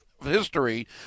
history